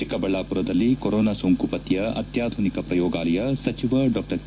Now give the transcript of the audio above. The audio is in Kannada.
ಚಿಕ್ಕಬಳ್ಳಾಪುರದಲ್ಲಿ ಕೊರೊನಾ ಸೋಂಕು ಪತ್ತೆಯ ಅತ್ಯಾಧುನಿಕ ಪ್ರಯೋಗಾಲಯ ಸಚಿವ ಡಾ ಕೆ